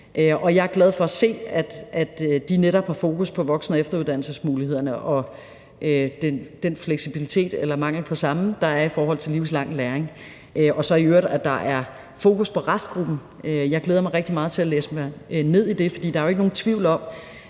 jeg er glad for at se, at de netop har fokus på voksen- og efteruddannelsesmulighederne og den fleksibilitet eller mangel på samme, der er i forhold til livslang læring – og så i øvrigt, at der er fokus på restgruppen. Jeg glæder mig rigtig meget til at læse mig ned i det, for der er jo ikke nogen tvivl om,